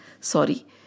sorry